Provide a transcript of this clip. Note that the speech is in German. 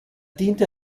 diente